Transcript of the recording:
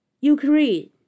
Ukraine